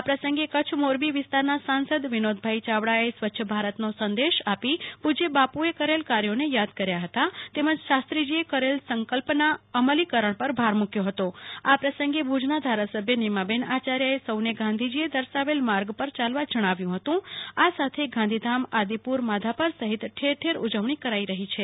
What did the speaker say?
આ પ્રસંગે કચ્છ મોરબી વિસ્તારના સાસંદ વિનોદ યાવડાએ સ્વચ્છ ભારતનો સંદેશ આપી પુજય બાપુએ કરેલ કાર્યોને યાદ કર્યા હતા તેમજ શાસ્ત્રીજીએ કરેલ સંકલનના અમલીકરણ પર ભાર મુક્યો હતો આ પ્રસંગે ભુજના ધારા સભ્ય નીમાબેન આયાર્યએ સૌને ગાંધીજીએ દર્શાવેલ માર્ગ પર યાલવા જણાવ્યુ હતું આ સાથે ગાંધીધામઆદિપુ ર માધાપર સહિત ઠેર ઠેર ઉજવણી કરાઈ હતી